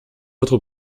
votre